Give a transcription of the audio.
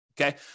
okay